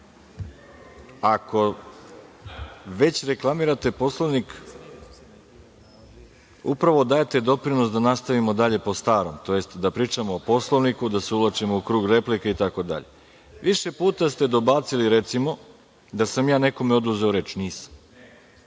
Ako već reklamirate Poslovnik, upravo dajete doprinos da nastavimo dalje po starom, tj. da pričamo o Poslovniku, da se uvlačimo u krug replika itd. Više puta ste dobacili, recimo, da sam ja nekome oduzeo reč. Nisam.